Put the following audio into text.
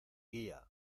guía